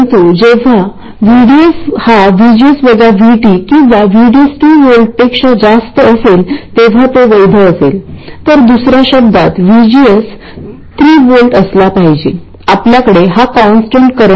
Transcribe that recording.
तर हे फक्त काही बीजगणितीय फेरफार आहे परंतु ते आपल्याला काय सांगते